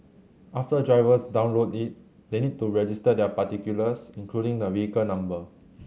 after drivers download it they need to register their particulars including the vehicle number